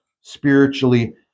spiritually